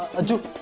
a job